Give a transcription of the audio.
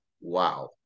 Wow